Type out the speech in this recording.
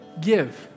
give